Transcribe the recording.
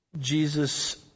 Jesus